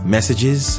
Messages